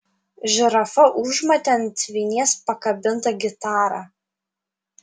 žirafa užmatė ant vinies pakabintą gitarą